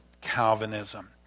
Calvinism